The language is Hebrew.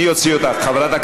אני אעשה את כל מה